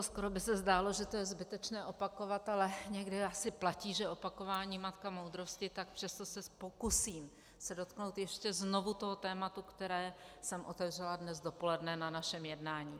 Skoro by se zdálo, že to je zbytečné opakovat, ale někdy asi platí, že opakování je matka moudrosti, tak přesto se pokusím dotknout ještě znovu toho tématu, které jsem otevřela dnes dopoledne na našem jednání.